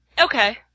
Okay